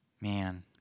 Man